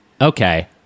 okay